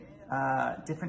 different